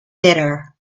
bitter